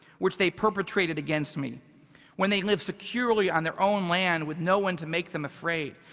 which they perpetrated against me when they live securely on their own land with no one to make them afraid.